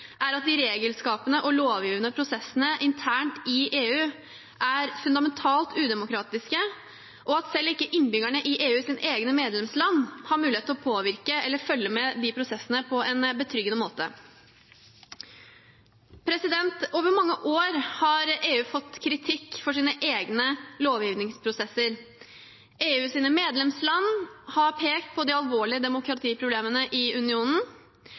er at de regelskapende og lovgivende prosessene internt i EU er fundamentalt udemokratiske, og at selv ikke innbyggerne i EUs egne medlemsland har mulighet til å påvirke eller følge med på de prosessene på en betryggende måte. Over mange år har EU fått kritikk for sine egne lovgivningsprosesser. EUs medlemsland har pekt på de alvorlige demokratiproblemene i unionen.